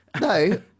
no